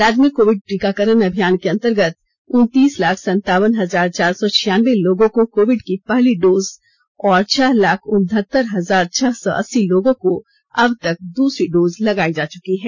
राज्य में कोविड टीकाकरण अभियान के अंतर्गत उनतीस लाख संतावन हजार चार सौ छियानबे लोगों को कोविड की पहली डोज और छह लाख उनहत्तर हजार छह सौ अस्सी लोगों को अबतक दूसरी डोज लगाई जा चुंकी है